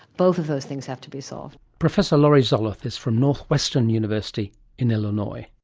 both of those things have to be solved. professor laurie zoloth is from northwestern university in illinois.